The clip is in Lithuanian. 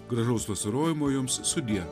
gražaus vasarojimo jums sudie